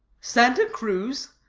santa cruz?